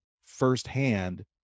firsthand